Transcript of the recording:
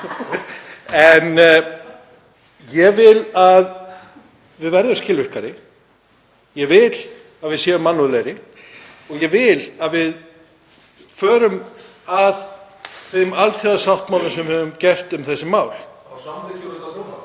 En ég vil að við verðum skilvirkari. Ég vil að við séum mannúðlegri og förum að þeim alþjóðasáttmálum sem við höfum gert um þessi mál.